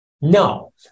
No